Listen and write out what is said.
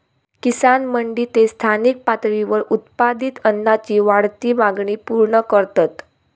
किसान मंडी ते स्थानिक पातळीवर उत्पादित अन्नाची वाढती मागणी पूर्ण करतत